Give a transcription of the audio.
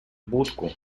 будку